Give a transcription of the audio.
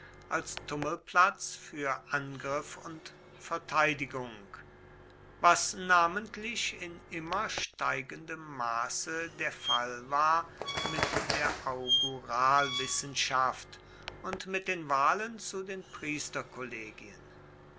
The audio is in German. als tummelplatz für angriff und verteidigung was namentlich in immer steigendem maße der fall war mit der auguralwissenschaft und mit den wahlen zu den